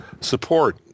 support